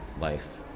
life